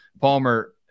Palmer